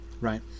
right